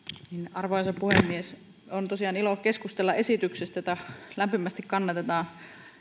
arvoisa puhemies on tosiaan ilo keskustella esityksestä jota lämpimästi kannatetaan